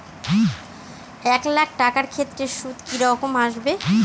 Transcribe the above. এক লাখ টাকার ক্ষেত্রে সুদ কি রকম আসবে?